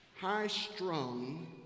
high-strung